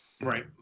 Right